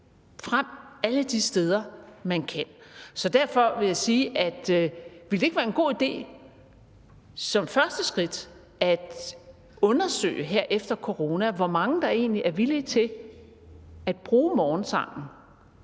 frem alle de steder, man kan. Så derfor vil jeg spørge: Ville det ikke være en god idé som første skridt her efter corona at undersøge, hvor mange der egentlig er villige til at bruge morgensangen